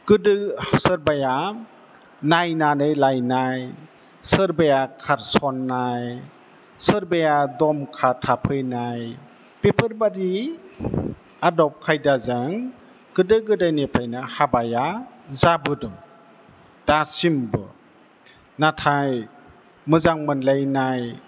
गोदो सोरबाया नायनानै लायनाय सोरबाया खारसननाय सोरबाया दमखा थाफैनाय बेफोरबादि आदब खायदाजों गोदो गोदायनिफ्रायनो हाबाया जाबोदों दासिम नाथाय मोजां मोनलायनाय